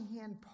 hand